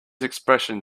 expression